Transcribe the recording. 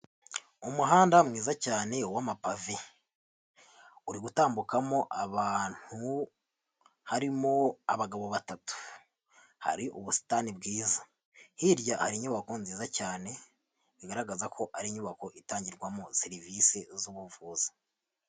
Umuhanda mwiza cyane w'amapave, uri gutambukamo abantu harimo abagabo batatu, hari ubusitani bwiza, hirya hari inyubako nziza cyane, bigaragaza ko ari inyubako itangirwamo serivisi z'ubuvuzi.